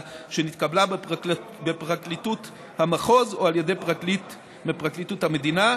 שנתקבלה בפרקליטות המחוז או על ידי פרקליטות מפרקליטות המדינה,